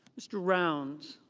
mr. rounds.